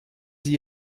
sie